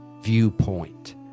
viewpoint